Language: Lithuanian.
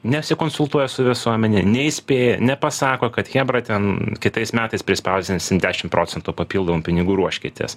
nesikonsultuoja su visuomene neįspėja nepasako kad chebra ten kitais metais prispausdinsim dešim procentų papildomų pinigų ruoškitės